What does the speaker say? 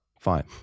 fine